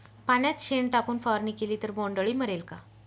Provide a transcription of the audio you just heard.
पाण्यात शेण टाकून फवारणी केली तर बोंडअळी मरेल का?